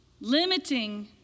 Limiting